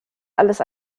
alles